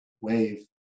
wave